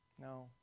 No